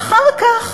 ואחר כך